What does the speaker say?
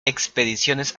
expediciones